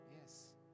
Yes